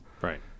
Right